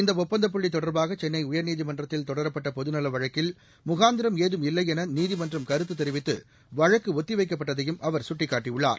இந்த ஒப்பந்தப்புள்ளி தொடர்பாக சென்னை உயர்நீதிமன்றத்தில் தொடரப்பட்ட பொதுநலவழக்கில் முகாந்திரம் ஏதும் இல்லை என நீதிமன்றம் கருத்து தெரிவித்து வழக்கு ஒத்திவைக்கப்பட்டதையும் அவர் சுட்டிக்காட்டியுள்ளார்